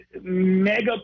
mega